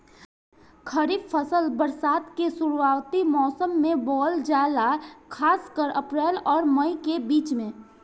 खरीफ फसल बरसात के शुरूआती मौसम में बोवल जाला खासकर अप्रैल आउर मई के बीच में